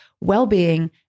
well-being